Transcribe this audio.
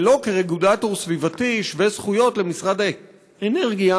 ולא כרגולטור סביבתי שווה זכויות למשרד האנרגיה